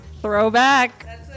Throwback